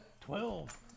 Twelve